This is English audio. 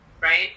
right